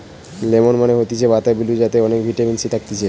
lemon মানে হতিছে বাতাবি লেবু যাতে অনেক ভিটামিন সি থাকতিছে